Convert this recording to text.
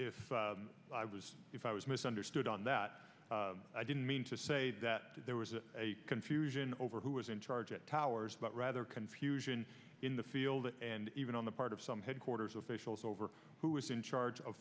if i was if i was misunderstood on that i didn't mean to say that there was a confusion over who was in charge at towers but rather confusion in the field and even on the part of some headquarters officials over who was in charge of